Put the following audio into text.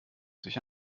sich